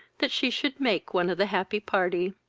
that she should make one of the happy party.